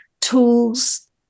tools